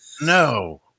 No